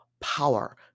power